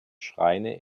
schreine